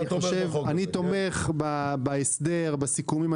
אני תומך בהסדר ובסיכומים,